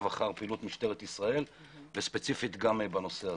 אחר פעילות משטרת ישראל וספציפית גם בנושא הזה.